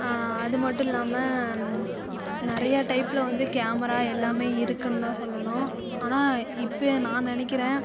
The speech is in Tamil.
அது மட்டும் இல்லாமல் நிறைய டைப்ல வந்து கேமரா எல்லாமே இருக்குனு தான் சொல்லணும் ஆனால் இப்போ நான் நினைக்கிறேன்